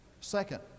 Second